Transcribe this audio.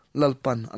lalpan